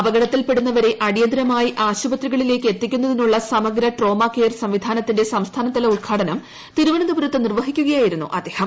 അപകടത്തിൽപ്പെടുന്നവരെ അടിയന്തിരമായി ആശുപത്രികളിലേക്ക് എത്തിക്കുന്നതിനുള്ള സമഗ്ര ട്രോമകെയർ സംവിധാനത്തിന്റെ സംസ്ഥാനതല ഉദ്ഘാടനം തിരുവനന്തപുരത്ത് നിർവ്വഹിക്കുകയായിരുന്നു അദ്ദേഹം